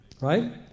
Right